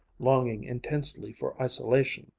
longing intensely for isolation,